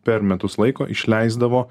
per metus laiko išleisdavo